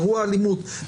אירוע אלימות,